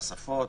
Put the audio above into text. בשפות?